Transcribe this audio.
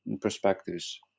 perspectives